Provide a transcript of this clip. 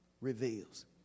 reveals